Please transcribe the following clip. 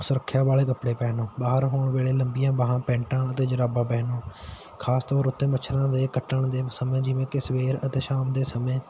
ਸੁਰੱਖਿਆ ਵਾਲੇ ਕੱਪੜੇ ਪਹਿਨੋ ਬਾਹਰ ਹੋਣ ਵੇਲੇ ਲੰਬੀਆਂ ਬਾਹਾਂ ਪੈਂਟਾਂ ਅਤੇ ਜੁਰਾਬਾਂ ਪਹਿਨੋ ਖਾਸ ਤੌਰ ਉੱਤੇ ਮੱਛਰਾਂ ਦੇ ਕੱਟਣ ਦੇ ਸਮੇਂ ਜਿਵੇਂ ਕਿ ਸਵੇਰ ਅਤੇ ਸ਼ਾਮ ਦੇ ਸਮੇਂ